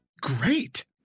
great